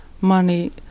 money